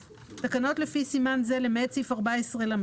תקנות לפי סימן זה, למעט סעיף 14לח,